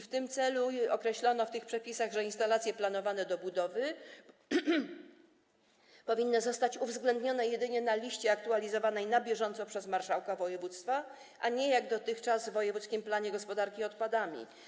W tym celu określono w tych przepisach, że instalacje planowane do budowy powinny zostać uwzględnione jedynie na liście aktualizowanej na bieżąco przez marszałka województwa, a nie, jak dotychczas, w wojewódzkim planie gospodarki odpadami.